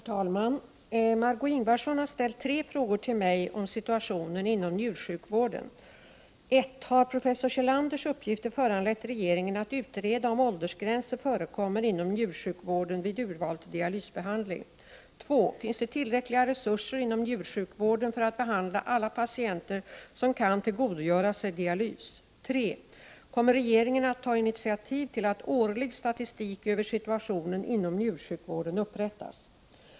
Herr talman! Margö Ingvardsson har ställt tre frågor till mig om situationen inom njursjukvården. 1. Har professor Kjellstrands uppgifter föranlett regeringen att att utreda om åldersgränser förekommer inom njursjukvården vid urval till dialysbehandling? 3. Kommer regeringen att ta initiativ till att årlig statistik över situationen inom njursjukvården upprättas?